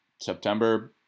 September